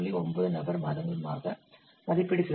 9 நபர் மாதமாக மதிப்பிடுகிறது